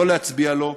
לא להצביע לו,